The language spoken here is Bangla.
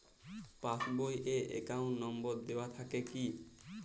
পাস বই এ অ্যাকাউন্ট নম্বর দেওয়া থাকে কি?